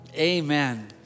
Amen